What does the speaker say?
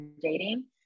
dating